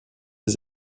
les